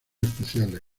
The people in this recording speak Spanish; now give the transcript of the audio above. especiales